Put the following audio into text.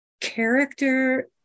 character